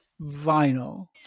vinyl